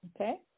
Okay